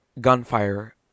gunfire